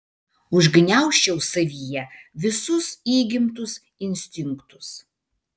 užgniaužčiau savyje visus įgimtus instinktus